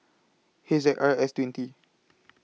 H Z R S twenty